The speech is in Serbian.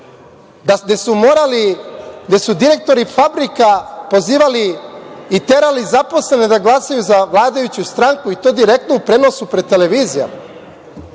gde su direktori fabrika pozivali i terali zaposlene da glasaju za vladajuću stranku i to direktno u prenosu pred televizijama,